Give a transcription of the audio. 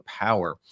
power